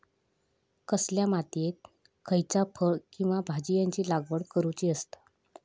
कसल्या मातीयेत खयच्या फळ किंवा भाजीयेंची लागवड करुची असता?